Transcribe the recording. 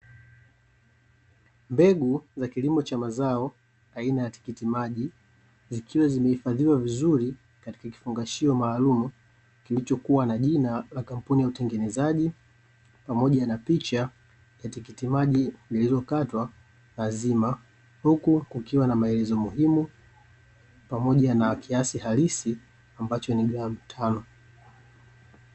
Mbegu za kilimo cha mazao aina ya tikiti maji zikiwa zimehifadhiwa vizuri katika kifungashio maalumu kilichokuwa na jina la kampuni ya utengenezaji pamoja na picha ya tikiti maji zilizokatwa na zima huku kukiwa na maelezo muhimu pamoja na kiasi halisi ambacho ni gramu tano.